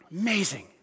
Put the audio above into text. Amazing